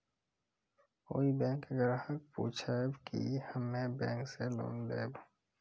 कोई बैंक ग्राहक पुछेब की हम्मे बैंक से लोन लेबऽ?